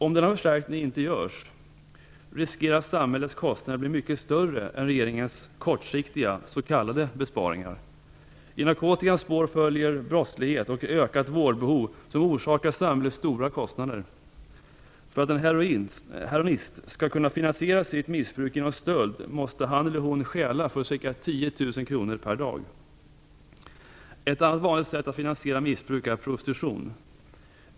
Om denna förstärkning inte görs riskerar samhällets kostnader bli mycket större än regeringens kortsiktiga s.k. besparingar. I narkotikans spår följer brottslighet och ett ökat vårdbehov, som orsakar samhället stora kostnader. För att en heroinist skall kunna finansiera sitt missbruk genom stöld, måste han eller hon stjäla för ca 10 000 kr per dag. Ett annat vanligt sätt att finansiera missbruk är prostitution.